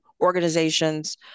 organizations